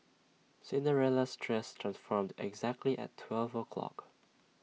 Cinderella's dress transformed exactly at twelve o'clock